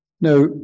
Now